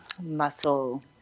Muscle